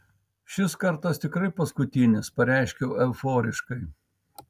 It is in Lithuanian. šis kartas tikrai paskutinis pareiškiau euforiškai